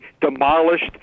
demolished